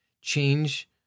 Change